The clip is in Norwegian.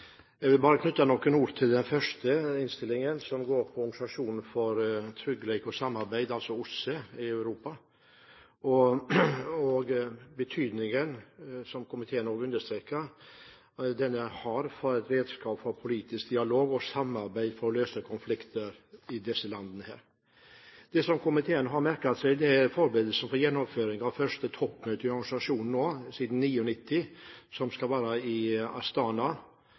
Jeg vil bare knytte noen ord til den første innstillingen, om samarbeidet i Organisasjonen for tryggleik og samarbeid i Europa, altså OSSE, og betydningen – som også komiteen understreker – denne organisasjonen har som redskap for politisk dialog og samarbeid for å løse konflikter i disse landene. Det som komiteen har merket seg, er at forberedelsene for gjennomføring av første toppmøte i organisasjonen siden 1999, som skal være i Astana,